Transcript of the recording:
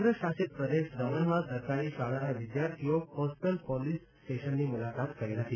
કેન્દ્ર શાસિત પ્રદેશ દમણમાં સરકારી શાળાના વિદ્યાર્થીઓ કોસ્ટલ પોલિસ સ્ટેશનની મુલાકાત કરી હતી